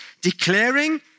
declaring